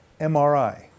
MRI